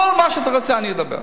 על כל מה שאתה רוצה אני אדבר,